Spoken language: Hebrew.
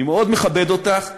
אני מאוד מכבד אותך.